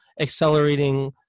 accelerating